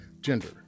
gender